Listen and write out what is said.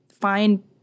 find